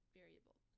variable